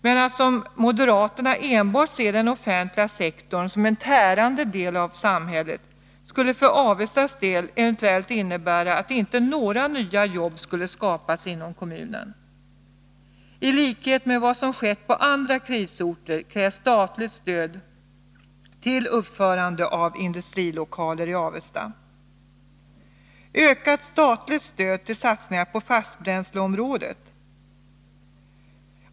Men att, som moderaterna, enbart se den offentliga sektorn som en tärande del av samhället skulle för Avestas del innebära att nya jobb inte skulle kunna skapas inom kommunen. I likhet med vad som skett på andra krisorter krävs statligt stöd till uppförande av industrilokaler i Avesta. Ökat statligt stöd till satsningar på fastbränsleområdet behövs.